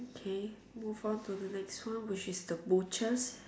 okay move on to the next one which is the butchers